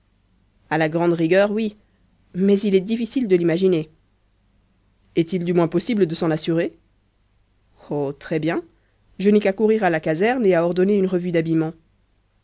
à la grande rigueur oui mais il est difficile de l'imaginer est-il du moins possible de s'en assurer oh très-bien je n'ai qu'à courir à la caserne et à ordonner une revue d'habillement